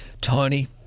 Tony